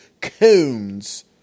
coons